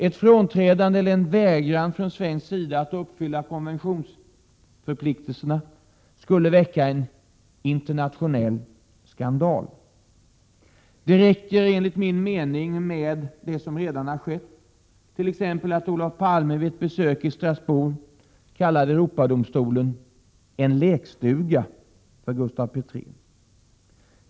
Ett frånträdande eller en vägran från svensk sida att uppfylla konventionsförpliktelserna skulle väcka en internationell skandal. Det räcker enligt min mening med det som redan har skett, t.ex. att Olof Palme vid ett besök i Strasbourg kallade Europadomstolen ”en lekstuga för Gustaf Petrén”.